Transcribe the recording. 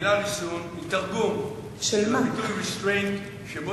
המלה ריסון היא תרגום של הביטוי restrained,